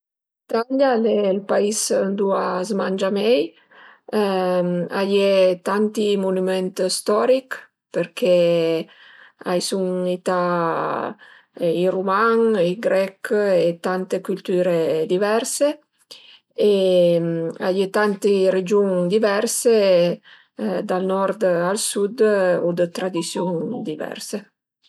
L'Italia al e ël pais ëndua a s'mangia mei, a ie tanti munüment storich perché a i sun ità i ruman, i grech e tante cültüre diverse e a ie tante regiun diverse dal nord al sud u dë tradisiun diverse